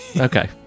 Okay